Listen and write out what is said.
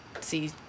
see